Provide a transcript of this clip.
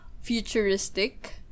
futuristic